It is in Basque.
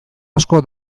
asko